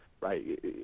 right